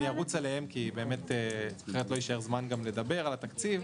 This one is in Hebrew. אני ארוץ אליהם כי אחרת לא יישאר זמן גם לדבר על התקציב.